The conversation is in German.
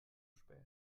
spät